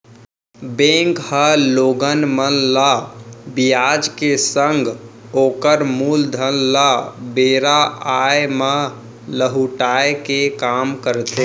bank ह लोगन मन ल बियाज के संग ओकर मूलधन ल बेरा आय म लहुटाय के काम करथे